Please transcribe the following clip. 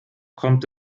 kommt